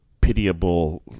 pitiable